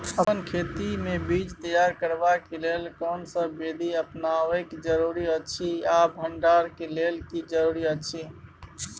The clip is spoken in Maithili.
अपन खेत मे बीज तैयार करबाक के लेल कोनसब बीधी अपनाबैक जरूरी अछि आ भंडारण के लेल की जरूरी अछि?